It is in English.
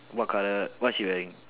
what colour what she wearing